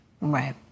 Right